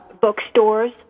bookstores